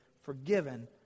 forgiven